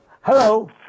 Hello